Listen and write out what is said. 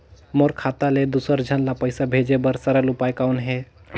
मोर खाता ले दुसर झन ल पईसा भेजे बर सरल उपाय कौन हे?